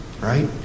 right